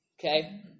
okay